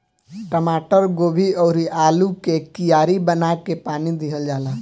टमाटर, गोभी अउरी आलू के कियारी बना के पानी दिहल जाला